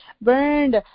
burned